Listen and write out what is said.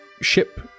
ship